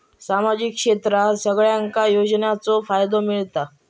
सामाजिक क्षेत्रात सगल्यांका योजनाचो फायदो मेलता?